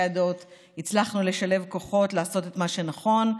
הדעות הצלחנו לשלב כוחות ולעשות את מה שנכון.